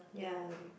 ya